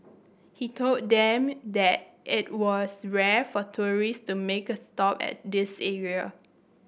he told them that it was rare for tourist to make a stop at this area